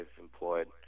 employed